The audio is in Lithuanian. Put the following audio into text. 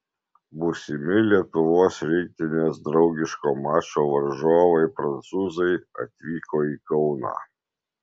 būsimi lietuvos rinktinės draugiško mačo varžovai prancūzai atvyko į kauną